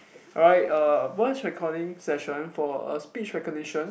alright uh voice recording session for a speech recognition